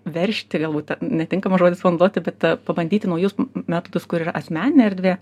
veržti galbūt netinkamas žodis fonduoti bet pabandyti naujus metodus kur yra asmeninė erdvė